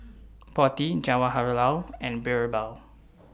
Potti Jawaharlal and Birbal